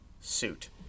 suit